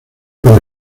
para